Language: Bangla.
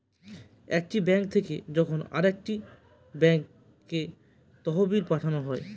একটি ব্যাঙ্ক থেকে যখন আরেকটি ব্যাঙ্কে তহবিল পাঠানো হয়